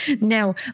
Now